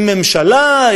עם ממשלה,